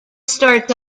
starts